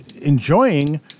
enjoying